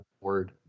word